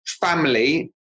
family